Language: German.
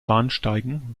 bahnsteigen